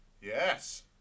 Yes